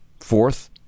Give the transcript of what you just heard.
fourth